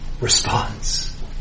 response